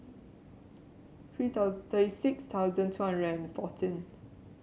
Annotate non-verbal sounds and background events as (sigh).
three (unintelligible) thirty six thousand two hundred and fourteen